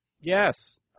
Yes